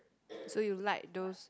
so you like those